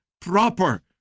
proper